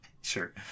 sure